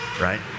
right